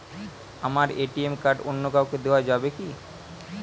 আমার ATM card অন্য কাউকে দেওয়া যাবে কি?